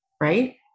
right